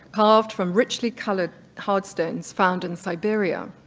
carved from richly colored hard stones found in siberia.